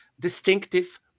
distinctive